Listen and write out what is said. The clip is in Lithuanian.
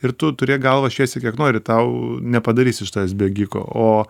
ir tu turi galvą šviesią kiek nori tau nepadarys iš tavęs bėgiko o